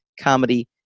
Comedy